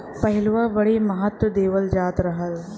पहिलवां बड़ी महत्त्व देवल जात रहल